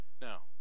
now